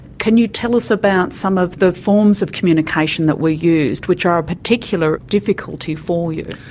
can you tell us about some of the forms of communication that were used which are a particular difficulty for you?